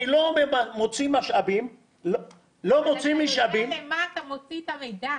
אני לא מוציא משאבים --- אתה יודע למה אתה מוציא את המידע.